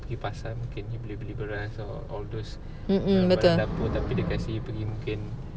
mm betul